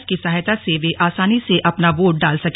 इसकी सहायता से वे आसानी से अपना वोट डाल सके